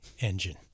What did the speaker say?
engine